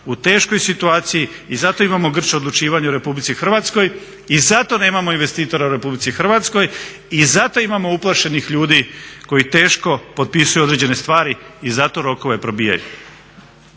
u teškoj situaciji zato imamo grč odlučivanja u RH, i zato nemamo investitora u RH, i zato imamo uplašenih ljudi koji teško potpisuju određene stvari, i zato rokove probijaju.